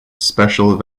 special